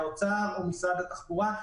האוצר או משרד התחבורה,